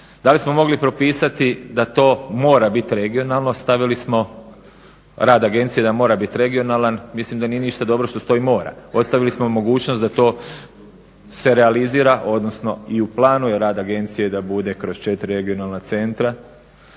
Da li smo mogli propisati da to mora biti regionalno. Stavili smo rad agencije da mora biti regionalan. Mislim da nije ništa dobro što stoji mora. Ostavili smo mogućnost da to se realizira, odnosno i u planu je rad agencije da bude kroz 4 regionalna centra,